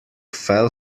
fell